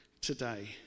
Today